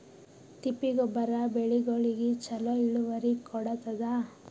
ತಿಪ್ಪಿ ಗೊಬ್ಬರ ಬೆಳಿಗೋಳಿಗಿ ಚಲೋ ಇಳುವರಿ ಕೊಡತಾದ?